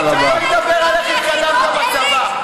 לא נדבר על איך התקדמת בצבא.